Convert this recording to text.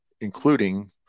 including